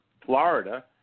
Florida